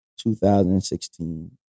2016